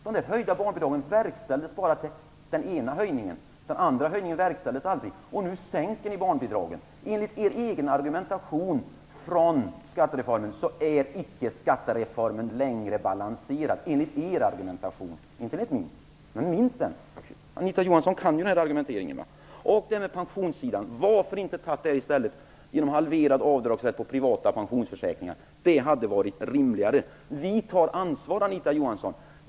Men det var bara den ena höjningen som verkställdes - den andra höjningen verkställdes aldrig - och nu sänker ni barnbidragen. Enligt er egen argumentation är skattereformen icke längre balanserad. Det är enligt er argumentation, inte enligt min, men jag minns den argumentationen. Anita Johansson kan ju den argumenteringen. Varför inte i stället ta pengarna från pensionssidan genom att införa halverad avdragsrätt för privata pensionsförsäkringar? Det hade varit rimligare. Vi tar ansvar, Anita Johansson.